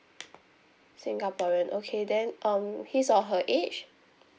singaporean okay then um his or her age